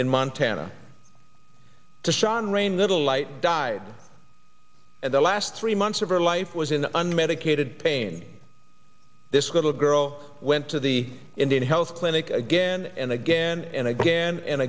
in montana to shawn rain little light died at the last three months of her life was in the unmedicated pain this school girl went to the indian health clinic again and again and again and